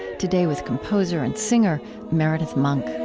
today, with composer and singer meredith monk